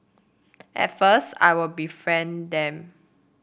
at first I would befriend them